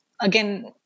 again